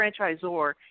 franchisor